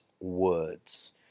words